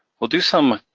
we'll do some,